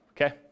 Okay